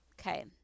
Okay